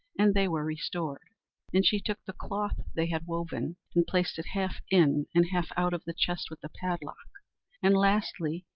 and they were restored and she took the cloth they had woven, and placed it half in and half out of the chest with the padlock and lastly,